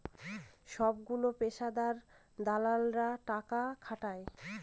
সবগুলো পেশাদার দালালেরা টাকা খাটায়